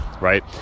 right